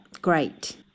Great